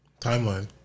timeline